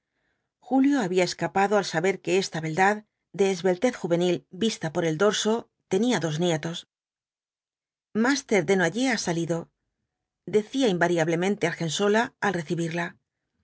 julio había escapado al saber que esta beldad de esbeltez juvenil vista por el dorso tenía dos nietos ilííís r desnoyers ha salido decía invariablemente argensola al recibirla